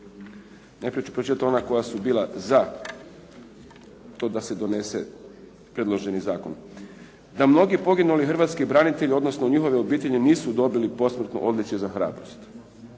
Najprije ću pročitati ona koja su bila za to da se donese predloženi zakon. "1. da mnogi poginuli hrvatski branitelji odnosno njihove obitelji nisu dobili posmrtno odličje za hrabrost.